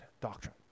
doctrine